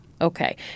Okay